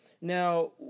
now